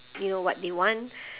you know what they want